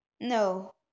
no